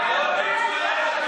תכבד את היום,